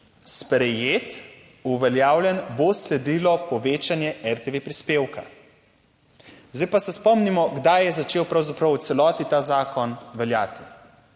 sprejet, uveljavljen, bo sledilo povečanje RTV prispevka. Zdaj pa se spomnimo, kdaj je začel pravzaprav v celoti ta zakon veljati;